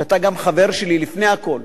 שאתה גם חבר שלי לפני הכול,